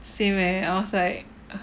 say where else like